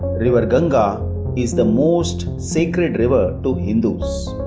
river ganga is the most sacred river to hindus.